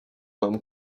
mam